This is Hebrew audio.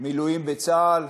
מילואים בצה"ל,